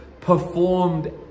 performed